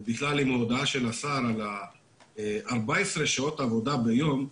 בכלל עם ההודעה של השר 14 שעות עבודה ביום,